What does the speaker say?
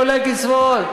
כולל קצבאות,